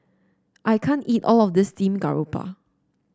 I can't eat all of this Steamed Garoupa